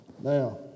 Now